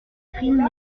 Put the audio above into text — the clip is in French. crimes